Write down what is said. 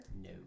No